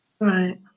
Right